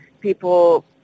people